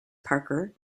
parker